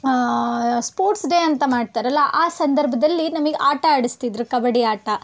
sports day ಅಂತ ಮಾಡ್ತಾರಲ್ಲ ಆ ಸಂದರ್ಭದಲ್ಲಿ ನಮಗೆ ಆಟ ಆಡಿಸ್ತಿದ್ರು ಕಬಡ್ಡಿ ಆಟ